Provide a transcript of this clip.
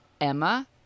Emma